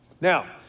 Now